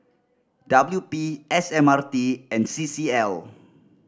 W P S M R T and C C L